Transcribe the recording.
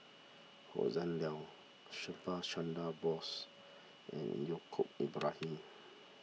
Hossan Leong Subhas Chandra Bose and Yaacob Ibrahim